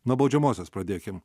nuo baudžiamosios pradėkim